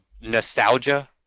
nostalgia